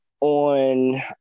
on